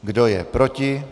Kdo je proti?